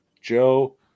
Joe